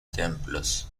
templos